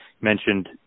mentioned